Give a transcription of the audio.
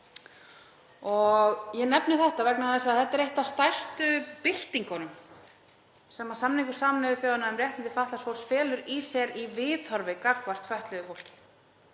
Ég nefni þetta vegna þess að þetta er ein af stærstu byltingunum sem samningur Sameinuðu þjóðanna um réttindi fatlaðs fólks felur í sér í viðhorfi gagnvart fötluðu fólki.